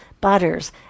butters